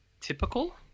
typical